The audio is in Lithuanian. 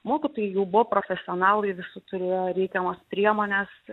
mokytojai jau buvo profesionalai visi turėjo reikiamas priemones